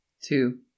Two